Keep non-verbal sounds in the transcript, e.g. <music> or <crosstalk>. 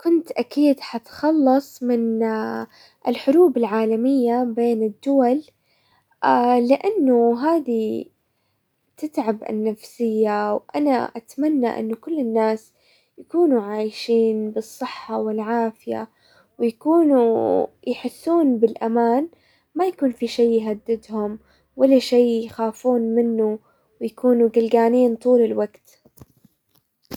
كنت اكيد حتخلص من <hesitation> الحروب العالمية بين الدول <hesitation> لانه هذي تتعب النفسية، وانا اتمنى ان كل الناس يكونوا عايشين بالصحة والعافية، ويكونوا يحسون بالامان، ما يكون في شي يهددهم، ولا شي يخافون منه ويكونوا قلقانين طول الوقت.